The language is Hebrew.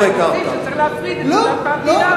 נטורי-קרתא חושבים שצריך להפריד את הדת מהמדינה.